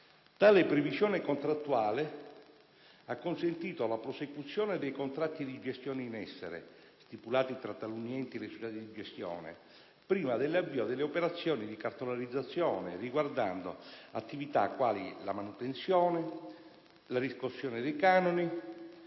Tale previsione contrattuale ha consentito la prosecuzione dei contratti di gestione in essere, stipulati tra taluni enti e le società di gestione prima dell'avvio delle operazioni di cartolarizzazione, riguardando attività quali la manutenzione, la riscossione dei canoni,